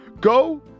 Go